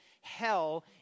hell